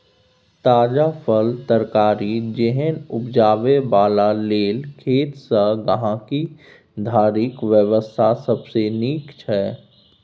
ताजा फल, तरकारी जेहन उपजाबै बला लेल खेत सँ गहिंकी धरिक व्यवस्था सबसे नीक छै